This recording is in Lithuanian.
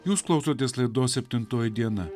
jūs klausotės laidos septintoji diena